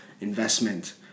investment